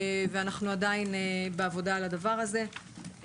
ואנחנו עדיין בעבודה על הדבר הזה.